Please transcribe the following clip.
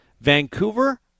Vancouver